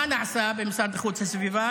מה נעשה במשרד לאיכות הסביבה?